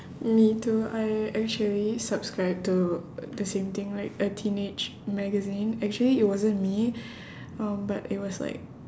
me too I actually subscribe to the same thing like a teenage magazine actually it wasn't me um but it was like